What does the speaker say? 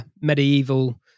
medieval